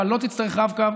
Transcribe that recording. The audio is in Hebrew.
אבל לא תצטרך רב-קו,